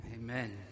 Amen